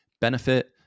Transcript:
benefit